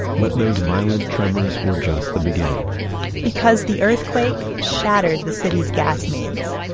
but those violent tremors were just the beginning because the earthquake shattered the city's gas mains.